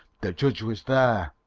the judge was there!